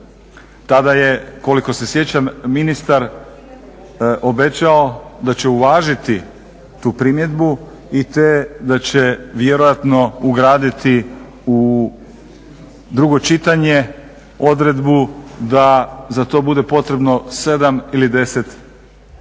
Tada je koliko se sjećam ministar obećao da će uvažiti tu primjedbu i da će vjerojatno ugraditi u drugo čitanje odredbu da za to bude potrebno 7 ili 10 ljudi